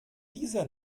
dieser